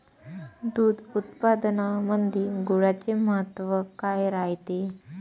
दूध उत्पादनामंदी गुळाचे महत्व काय रायते?